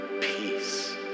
peace